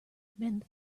men